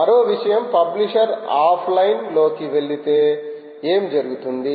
మరో విషయం publisher offline లోకి వెళ్లితే ఏమి జరుగుతుంది